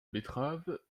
betterave